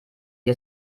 wir